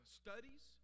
studies